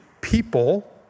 people